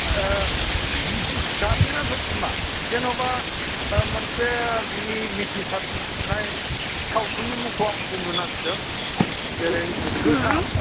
गारजेनाथ' बिमा जेनेबा मोनसे बिनि मिथिसारनाय सावथुननि मुंखौ आं बुंनो नागिरदों जेरै गोथार